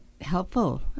helpful